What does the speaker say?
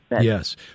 Yes